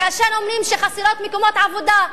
כאשר אומרים שחסרים מקומות עבודה,